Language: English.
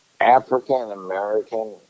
African-American